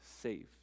saved